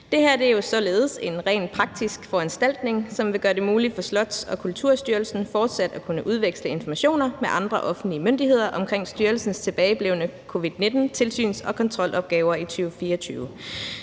Det her er således en rent praktisk foranstaltning, som vil gøre det muligt for Slots- og Kulturstyrelsen fortsat at kunne udveksle informationer med andre offentlige myndigheder omkring styrelsens tilbageblevne covid-19-tilsyns- og kontrolopgaver i 2024.